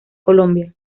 colombia